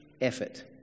effort